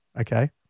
okay